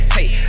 Hey